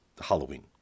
Halloween